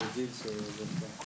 תודה רבה, הישיבה נעולה.